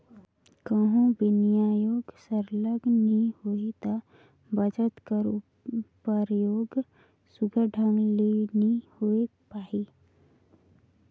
कहों बिनियोग सरलग नी होही ता बचत कर परयोग सुग्घर ढंग ले नी होए पाही